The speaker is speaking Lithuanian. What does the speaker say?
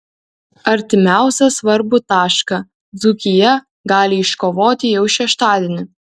artimiausią svarbų tašką dzūkija gali iškovoti jau šeštadienį